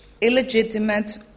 illegitimate